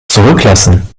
zurücklassen